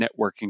networking